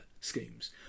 schemes